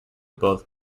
both